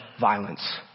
violence